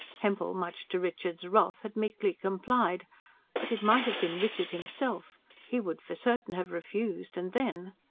hempel, much to richard's wrath, had meekly complied but it might have been richard himself he would for certain have refused and then.